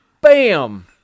Bam